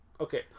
Okay